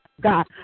God